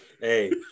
hey